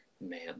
Man